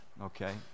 okay